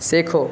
শেখো